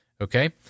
okay